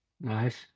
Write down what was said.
Nice